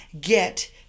get